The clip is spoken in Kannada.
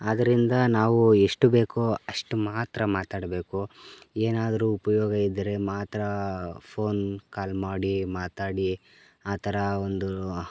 ಆದ್ರಿಂದ ನಾವು ಎಷ್ಟು ಬೇಕೋ ಅಷ್ಟು ಮಾತ್ರ ಮಾತಾಡಬೇಕು ಏನಾದರು ಉಪಯೋಗ ಇದ್ದರೆ ಮಾತ್ರ ಫೋನ್ ಕಾಲ್ ಮಾಡಿ ಮಾತಾಡಿ ಆ ಥರ ಒಂದು